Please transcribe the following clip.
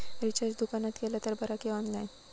Recharge दुकानात केला तर बरा की ऑनलाइन?